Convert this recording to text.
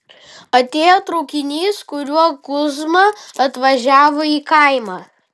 atėjo traukinys kuriuo kuzma atvažiavo į kaimą